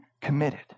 committed